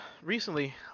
recently